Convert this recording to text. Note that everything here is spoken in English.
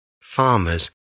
Farmers